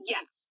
Yes